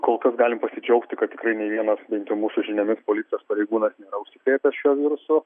kol kas galim pasidžiaugti kad tikrai nei vienas bent jau mūsų žiniomis policijos pareigūnas nėra užsikrėtęs šiuo virusu